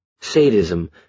sadism